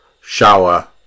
shower